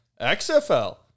XFL